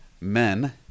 Men